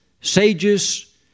sages